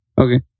Okay